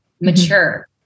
mature